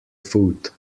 foot